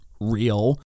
real